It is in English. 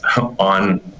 on